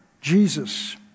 Jesus